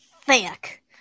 Thick